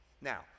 Now